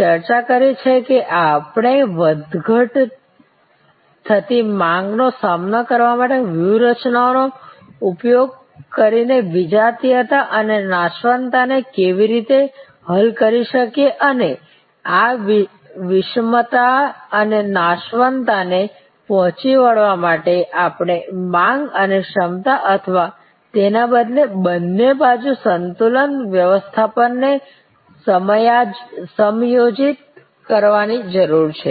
ચર્ચા કરી છે કે આપણે વધઘટ થતી માંગનો સામનો કરવા માટે વ્યૂહરચનાઓનો ઉપયોગ કરીને વિજાતીયતા અને નાશવંતતાને કેવી રીતે હલ કરી શકીએ અને આ વિષમતા અને નાશવંતતાને પહોંચી વળવા માટે આપણે માંગ અને ક્ષમતા અથવા તેના બદલે બંને બાજુ સંતુલન વ્યવસ્થાપનને સમાયોજિત કરવાની જરૂર છે